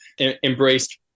embraced